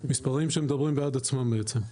מספרים שמדברים בעד עצמם בעצם.